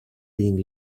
being